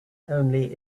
only